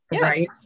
right